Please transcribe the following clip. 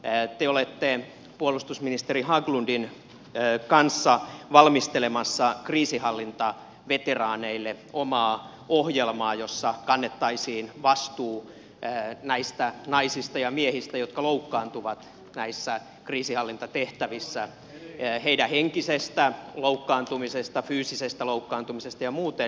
te olette puolustusministeri haglundin kanssa valmistelemassa kriisinhallintaveteraaneille omaa ohjelmaa jossa kannettaisiin vastuu näistä naisista ja miehistä jotka loukkaantuvat näissä kriisinhallintatehtävissä heidän henkisestä loukkaantumisestaan fyysisestä loukkaantumisestaan ja muuten